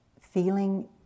feeling